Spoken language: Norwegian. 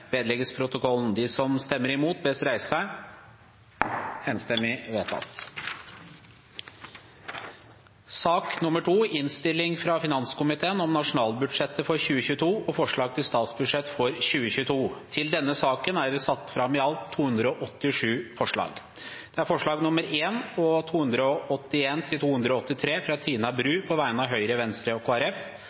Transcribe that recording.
vedlegges protokollen. – Det anses vedtatt. Under debatten er det satt fram i alt 287 forslag. Det er forslagene nr. 1 og 281–283, fra Tina Bru på vegne av Høyre, Venstre og